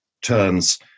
turns